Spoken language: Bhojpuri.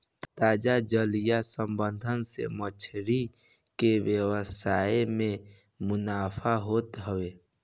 ताजा जलीय संवर्धन से मछरी के व्यवसाय में मुनाफा होत हवे